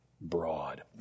broad